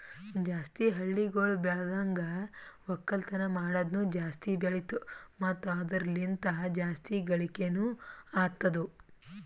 ಜಾಸ್ತಿ ಹಳ್ಳಿಗೊಳ್ ಬೆಳ್ದನ್ಗ ಒಕ್ಕಲ್ತನ ಮಾಡದ್ನು ಜಾಸ್ತಿ ಬೆಳಿತು ಮತ್ತ ಅದುರ ಲಿಂತ್ ಜಾಸ್ತಿ ಗಳಿಕೇನೊ ಅತ್ತುದ್